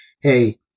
Hey